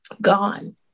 gone